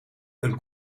een